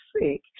sick